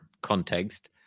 context